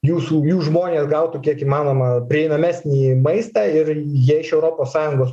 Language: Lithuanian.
jūsų žmonės gautų kiek įmanoma prieinamesnį maistą ir jie iš europos sąjungos